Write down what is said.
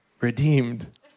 redeemed